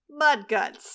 Mudguts